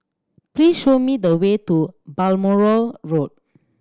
please show me the way to Balmoral Road